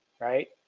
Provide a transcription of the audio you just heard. right